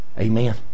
Amen